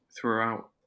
throughout